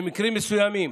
במקרים מסוימים,